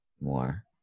more